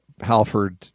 Halford